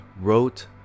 wrote